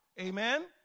Amen